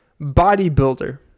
Bodybuilder